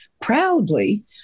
proudly